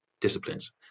disciplines